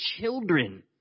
children